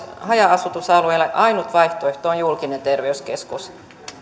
haja asutusalueilla ainut vaihtoehto on julkinen terveyskeskus